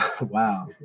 Wow